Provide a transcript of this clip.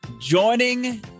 joining